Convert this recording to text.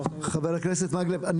(היו"ר אורי מקלב) חבר הכנסת מקלב,